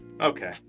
okay